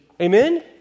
Amen